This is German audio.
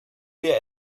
wir